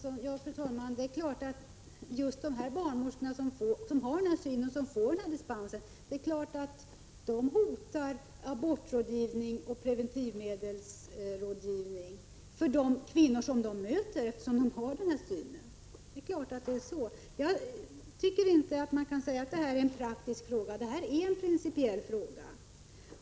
Fru talman! Evert Svensson, det är klart att just de barnmorskor som har denna syn och får denna dispens hotar abortrådgivningen och preventivmedelsrådgivningen för de kvinnor som de möter. Jag anser inte att detta är en praktisk fråga, utan det är en principiell fråga.